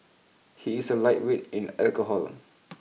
he is a lightweight in alcohol